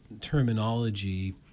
terminology